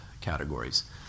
categories